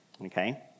okay